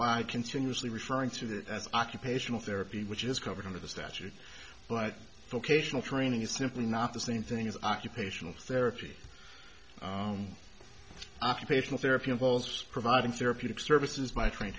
by continuously referring to that as occupational therapy which is covered under the statute but it's ok tional training is simply not the same thing as occupational therapy occupational therapy involves providing therapeutic services by train